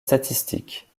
statistiques